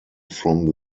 from